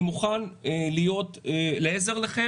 אני מוכן להיות לכם לעזר,